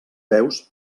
peus